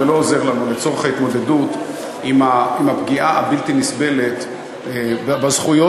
זה לא עוזר לנו לצורך ההתמודדות עם הפגיעה הבלתי-נסבלת בזכויות